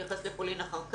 נתייחס לפולין אחר כך.